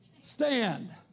stand